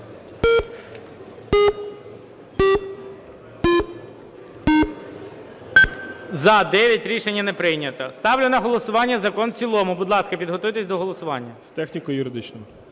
За-9 Рішення не прийнято. Ставлю на голосування закон в цілому. Будь ласка, підготуйтесь до голосування. НАТАЛУХА Д.А.